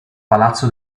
palazzo